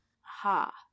Ha